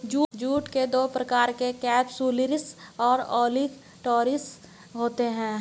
jute के दो प्रकार केपसुलरिस और ओलिटोरियस होते हैं